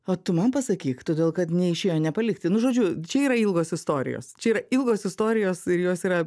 o tu man pasakyk todėl kad neišėjo nepalikti nu žodžiu čia yra ilgos istorijos čia yra ilgos istorijos ir jos yra